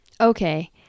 Okay